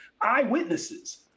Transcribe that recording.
eyewitnesses